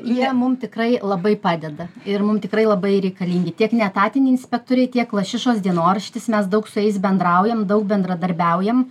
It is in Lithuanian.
jie mum tikrai labai padeda ir mum tikrai labai reikalingi tiek neetatiniai inspektoriai tiek lašišos dienoraštis mes daug su jais bendraujam daug bendradarbiaujam